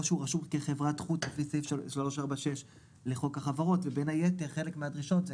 שהוא רשום כברת חוץ בחוק החברות ובין יתר הדרישות,